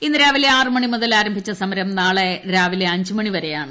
ഇന്ന് രാവിലെ ആറ് മണി മുതൽ ആരംഭിച്ച സമരം നാളെ രാവിലെ അഞ്ച് വരെയാണ്